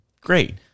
great